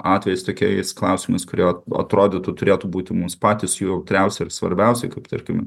atvejais tokiais klausimais kuriuo atrodytų turėtų būti mūs patys jautriausi ir svarbiausia kaip tarkim